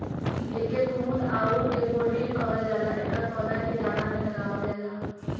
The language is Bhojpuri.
एके कुमुद आउर डैफोडिल कहल जाला एकर पौधा के जाड़ा में लगावल जाला